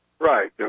Right